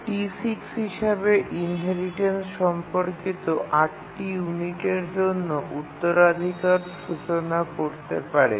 T6 inheritance সম্পর্কিত ৮ টি ইউনিটের জন্য কাজ করতে পারে